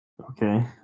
Okay